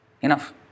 Enough